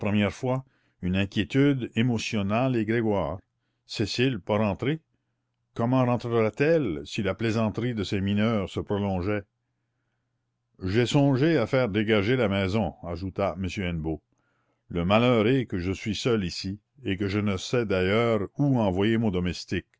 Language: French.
première fois une inquiétude émotionna les grégoire cécile pas rentrée comment rentrerait elle si la plaisanterie de ces mineurs se prolongeait j'ai songé à faire dégager la maison ajouta m hennebeau le malheur est que je suis seul ici et que je ne sais d'ailleurs où envoyer mon domestique